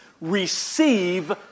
receive